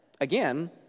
Again